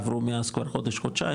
עברו מאז כבר חודש-חודשיים,